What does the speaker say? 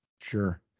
sure